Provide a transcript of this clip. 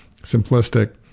simplistic